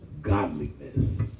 godliness